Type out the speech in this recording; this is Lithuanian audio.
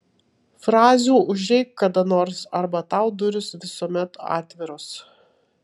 frazių užeik kada nors arba tau durys visuomet atviros